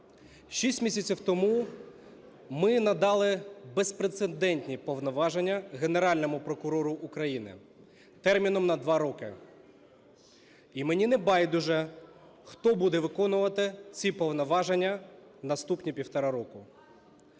6 місяців тому ми надали безпрецедентні повноваження Генеральному прокурору України терміном на два роки. І мені не байдуже, хто буде виконувати ці повноваження наступні півтора року.